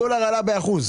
הדולר עלה באחוז.